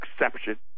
exception